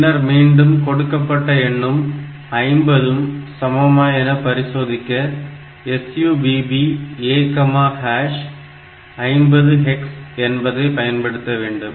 பின்னர்மீண்டும் கொடுக்கப்பட்ட எண்ணும் 50 உம் சமமா என பரிசோதிக்க SUBB A50 hex என்பதை பயன்படுத்த வேண்டும்